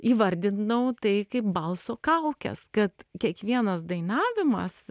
įvardinau tai kaip balso kaukes kad kiekvienas dainavimas